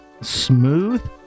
smooth